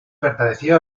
perteneció